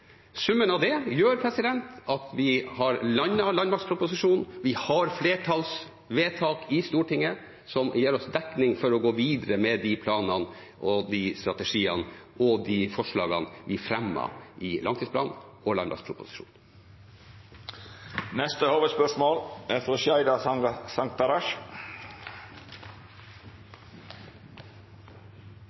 Summen av det gjør at vi har landet landmaktproposisjonen. Vi har flertallsvedtak i Stortinget som gir oss dekning for å gå videre med de planene, de strategiene og de forslagene vi fremmet i langtidsplanen og